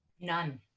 None